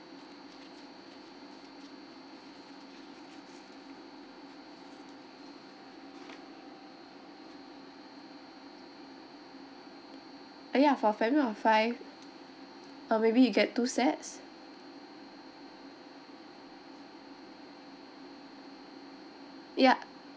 uh ya for a family of five uh maybe you get two sets ya